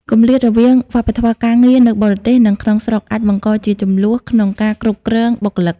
គម្លាតរវាងវប្បធម៌ការងារនៅបរទេស និងក្នុងស្រុក អាចបង្កជាជម្លោះក្នុងការគ្រប់គ្រងបុគ្គលិក។